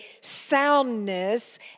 soundness